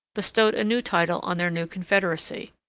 bestowed a new title on their new confederacy.